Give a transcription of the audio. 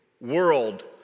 world